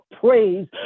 praise